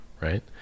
Right